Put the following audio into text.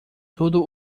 tudo